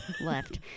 left